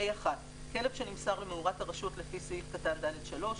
"6(ה)(1) כלב שנמסר למאורת הרשות לפי סעיף קטן (ד)(3),